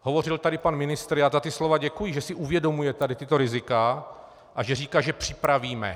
Hovořil tady pan ministr, já za ta slova děkuji, že si uvědomuje tady tato rizika, a že říká, že připravíme.